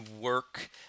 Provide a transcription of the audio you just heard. work